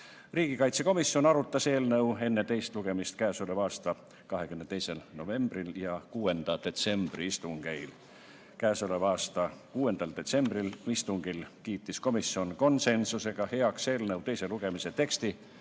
Riigikaitsekomisjon arutas eelnõu enne teist lugemist k.a 22. novembri ja 6. detsembri istungil. 6. detsembri istungil kiitis komisjon (konsensusega) heaks eelnõu teise lugemise teksti